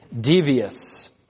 devious